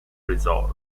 resort